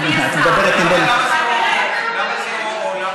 לא, אני מסכימה עם אדוני השר, למה זה או או?